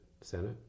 Senate